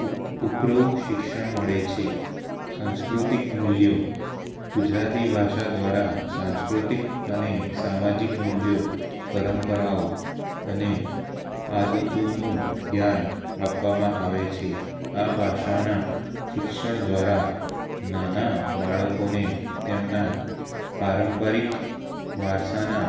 ઉપરવ શિક્ષણ મળે છે સંસ્કૃતિક મૂલ્યો ગુજરાતી ભાષા દ્વારા સાંસ્કૃતિક અને સામાજિક મૂલ્યો પરંપરાઓ અને આદતોનું જ્ઞાન આપવામાં આવે છે આ ભાષાનાં શિક્ષણ દ્વારા નાના બાળકોને તેમના પારંપરિક વારસાના